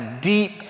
deep